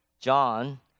John